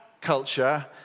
culture